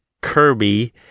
Kirby